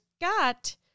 got